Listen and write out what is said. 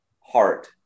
heart